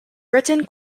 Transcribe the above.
written